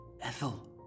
Ethel